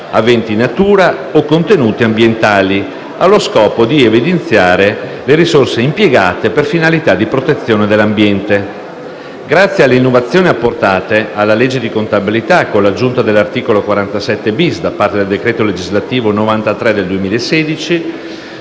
aventi natura o contenuti ambientali, allo scopo di evidenziare le risorse impiegate per finalità di protezione dell'ambiente. Grazie alle innovazioni apportate alla legge di contabilità con l'aggiunta dell'articolo 47-*bis* da parte del decreto legislativo n. 93 del 2016,